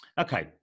Okay